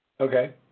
Okay